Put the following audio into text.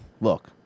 look